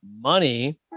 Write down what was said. money